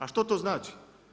A što to znači?